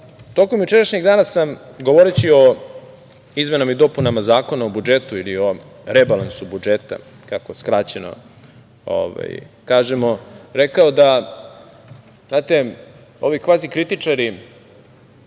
jučerašnjeg dana sam, govoreći o izmenama i dopunama Zakona o budžetu ili o rebalansu budžeta, kako skraćeno kažemo, rekao da ovi kvazi kritičari